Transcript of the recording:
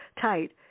tight